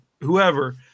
whoever